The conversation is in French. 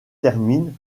terminent